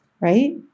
right